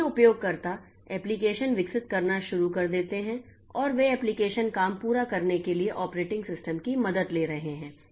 इसलिए उपयोगकर्ता एप्लिकेशन विकसित करना शुरू कर देते हैं और वे एप्लिकेशन काम पूरा करने के लिए ऑपरेटिंग सिस्टम की मदद ले रहे हैं